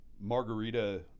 margarita